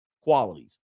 qualities